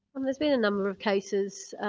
um there's been a number of cases.